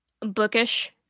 Bookish